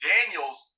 Daniels